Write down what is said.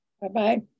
Bye-bye